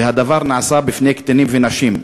והדבר נעשה בפני קטינים ונשים.